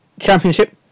Championship